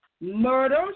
murders